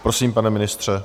Prosím, pane ministře.